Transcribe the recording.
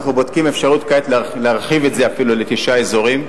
ואנחנו בודקים כעת אפשרות להרחיב את זה אפילו לתשעה אזורים.